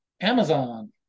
Amazon